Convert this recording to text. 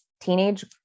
teenage